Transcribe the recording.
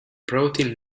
protein